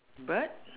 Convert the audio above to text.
bird